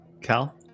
Cal